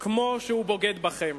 כמו שהוא בוגד בכם.